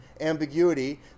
ambiguity